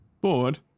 Bored